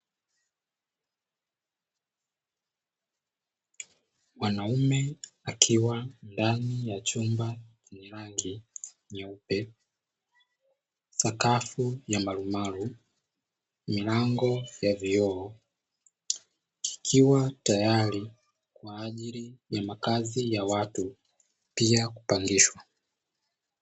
Mwanaume akiwa ndani ya chumba chenye rangi nyeupe, sakafu ya marumaru, milango ya vioo; kikiwa tayari kwa ajili ya makazi ya watu pia kupangishwa.